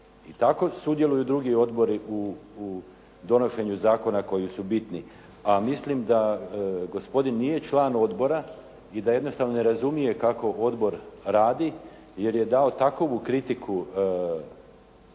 i tako sudjeluju drugi odbori u donošenju zakona koji su bitni. A mislim da gospodin nije član odbora i da jednostavno ne razumije kako odbor radi jer je dao takovu kritiku rada